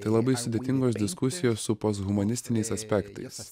tai labai sudėtingos diskusijos su posthumanistiniais aspektais ar mes liksim